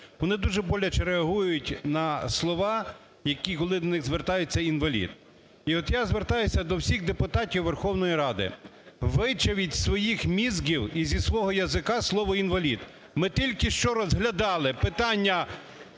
Вони дуже боляче реагують на слова, коли до них звертаються "інвалід". І от я звертаюся до всіх депутатів Верховної Ради: вичавіть із своїх мізків і зі свого язика слово "інвалід". Ми тільки що розглядали питання